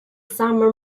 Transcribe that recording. summer